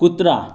कुत्रा